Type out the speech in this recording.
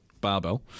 barbell